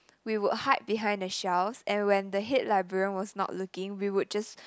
we would hide behind the shelves and when the head librarian was not looking we would just